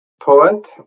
poet